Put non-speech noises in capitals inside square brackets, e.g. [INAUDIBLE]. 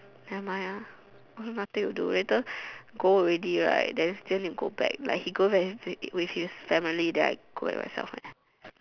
nevermind lah also nothing to do later go already right then still need to go back like he go back eat to eat with his family then I go back myself [NOISE]